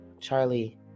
Charlie